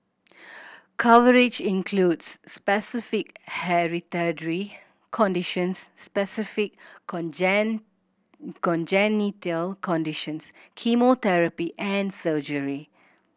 coverage includes specified hereditary conditions specified congenital conditions chemotherapy and surgery